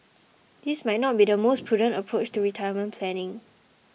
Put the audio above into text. this might not be the most prudent approach to retirement planning